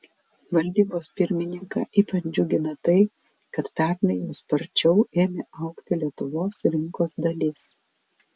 valdybos pirmininką ypač džiugina tai kad pernai jau sparčiau ėmė augti lietuvos rinkos dalis